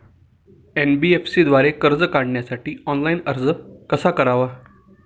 NBFC द्वारे कर्ज काढण्यासाठी ऑनलाइन अर्ज कसा करावा?